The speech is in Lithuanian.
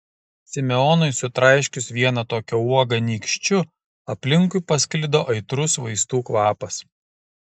simeonui sutraiškius vieną tokią uogą nykščiu aplinkui pasklido aitrus vaistų kvapas